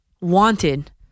wanted